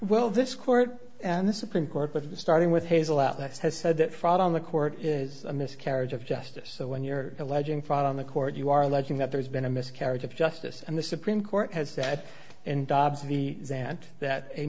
well this court and the supreme court but starting with hazel outlets has said that fraud on the court is a miscarriage of justice so when you're alleging fraud on the court you are alleging that there's been a miscarriage of justice and the supreme court has said and dobson the zant that a